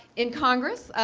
in congress,